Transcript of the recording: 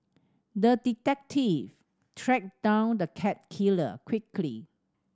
the detective tracked down the cat killer quickly